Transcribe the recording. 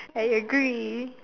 I agree